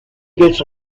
gets